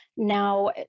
now